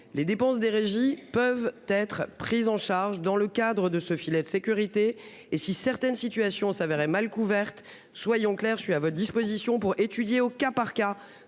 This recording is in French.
Les dépenses des régies peuvent être prises en charge dans le cadre de ce filet de sécurité. Et si certaines situations s'avérait mal couvertes. Soyons clairs, je suis à votre disposition pour étudier au cas par cas